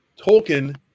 Tolkien